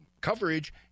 coverage